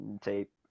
tape